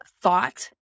thought